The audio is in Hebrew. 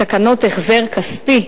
לתקנות החזר כספי,